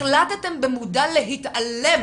החלטתם במודע להתעלם